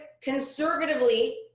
conservatively